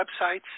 websites